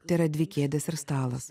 tėra dvi kėdės ir stalas